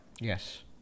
Yes